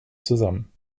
zusammen